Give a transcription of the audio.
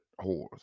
whores